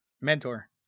Mentor